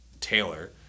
Taylor